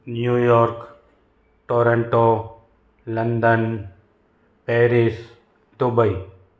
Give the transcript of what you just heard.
New York Toronto London Paris Dubai